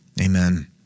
amen